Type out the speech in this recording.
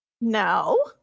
No